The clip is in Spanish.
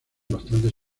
bastantes